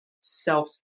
self